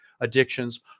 addictions